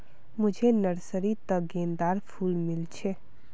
मुझे नर्सरी त गेंदार फूल मिल छे